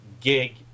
gig